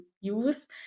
use